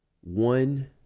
one